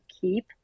keep